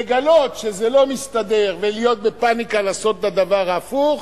לגלות שזה לא מסתדר ולהיות בפניקה ולעשות את הדבר ההפוך,